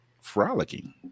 frolicking